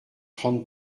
trente